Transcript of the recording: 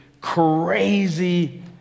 crazy